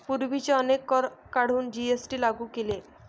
पूर्वीचे अनेक कर काढून जी.एस.टी लागू केले